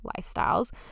lifestyles